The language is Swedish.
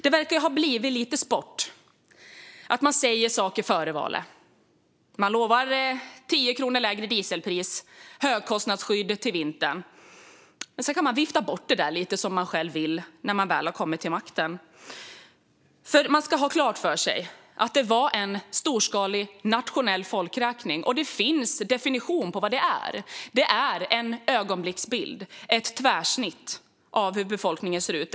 Det verkar ha blivit en sport att säga saker före valet - lova 10 kronor lägre dieselpris och högkostnadsskydd till vintern - och sedan vifta bort dem lite som man själv vill när man väl har kommit till makten. Man ska ha klart för sig att det var fråga om en storskalig nationell folkräkning. Det finns en definition på vad det är, nämligen en ögonblicksbild, ett tvärsnitt, av hur befolkningen ser ut.